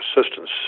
assistance